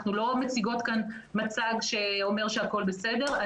אנחנו לא מציגות כאן מצג שאומר שהכול בסדר.